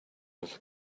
little